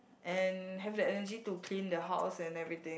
and have the energy to clean the house and everything